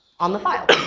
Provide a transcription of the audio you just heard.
on the five.